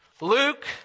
Luke